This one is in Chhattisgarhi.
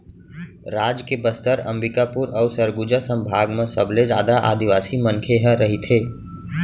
राज के बस्तर, अंबिकापुर अउ सरगुजा संभाग म सबले जादा आदिवासी मनखे ह रहिथे